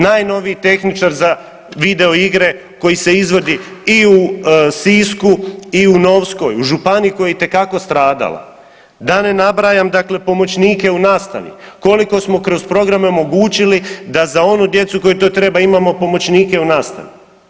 Najnoviji tehničar za videoigre koji se izvodi i u Sisku i u Novskoj u županiji koja je itekako stradala, da ne nabrajam dakle pomoćnike u nastavi, koliko smo kroz programe omogućili da za onu djecu koji to trebaju imamo pomoćnike u nastavi.